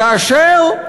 יאשר,